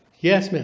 yes, ma'am?